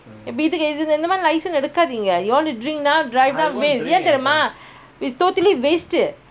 இதுக்குஇந்தஇந்தமாதிரிலைசன்ஸ்லாம்எடுக்காதீங்க:idhukku indha indha maathiri liecenselam edukkatheenka you want to drink now drive now ஏன்தெரியுமா:yaen theriyuma it's totally wasted